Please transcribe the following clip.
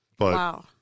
Wow